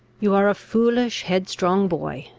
you are a foolish, headstrong boy,